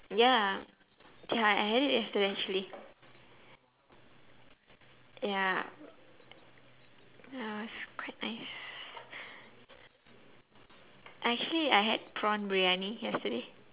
ya ya I I had it yesterday actually ya it was quite nice actually I had prawn briyani yesterday